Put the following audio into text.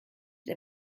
der